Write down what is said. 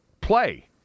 play